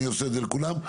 ואני עושה זאת לכולם,